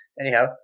anyhow